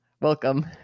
Welcome